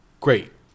great